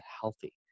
healthy